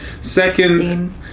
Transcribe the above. second